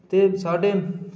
ते साढ़े